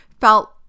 felt